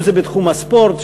אם בתחום הספורט,